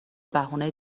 بهونه